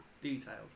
detailed